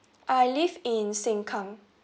I live in sengkang